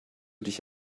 dich